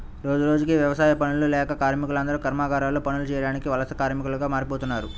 రోజురోజుకీ యవసాయ పనులు లేక కార్మికులందరూ కర్మాగారాల్లో పనులు చేయడానికి వలస కార్మికులుగా మారిపోతన్నారు